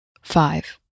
five